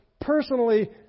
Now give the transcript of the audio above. personally